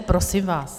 Prosím vás.